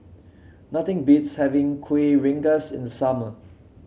nothing beats having Kuih Rengas in summer